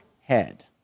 head